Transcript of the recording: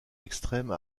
extrême